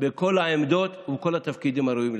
בכל העמדות ובכל התפקידים הראויים.